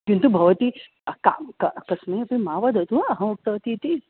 किन्तु भवती क क कस्मै अपि मा वदतु अहमुक्तवतीति